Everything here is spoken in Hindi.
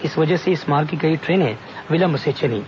इस वजह से इस मार्ग की कई ट्रेनें विलंब से चलीं